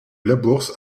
labourse